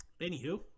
anywho